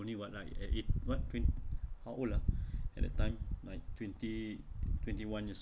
only what ah uh it what twen~ how old ah at that time like twenty twenty one years